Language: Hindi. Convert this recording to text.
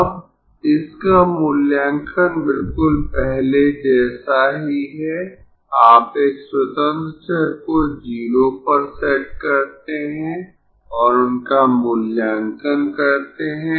अब इसका मूल्यांकन बिल्कुल पहले जैसा ही है आप एक स्वतंत्र चर को 0 पर सेट करते है और उनका मूल्यांकन करते है